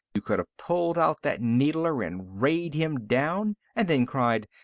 you could have pulled out that needler and rayed him down and then cried,